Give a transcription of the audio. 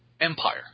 Empire